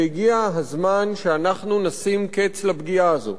והגיע הזמן שנשים קץ לפגיעה הזו.